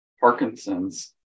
Parkinson's